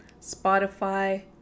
Spotify